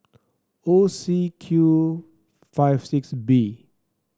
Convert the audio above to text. O C Q five six B